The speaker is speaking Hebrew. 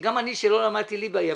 שגם אני שלא למדתי ליבה אבין.